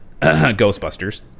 Ghostbusters